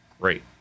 great